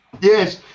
Yes